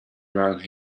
around